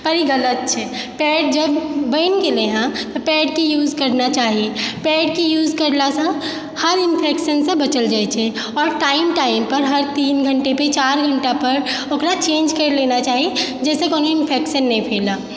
तऽ ई गलत छै पैड जब बनि गेलय हइ तऽ पैडके यूज करना चाही पैडके यूज करलासँ हर इन्फेक्शनसँ बचल जाइ छै आओर टाइम टाइमपर हर तीन घण्टेपर चारि घण्टापर ओकरा चेन्ज कर लेना चाही जैसँ कोनो इन्फेक्शन नहि फैलऽ